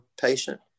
patient